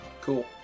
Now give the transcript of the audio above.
Cool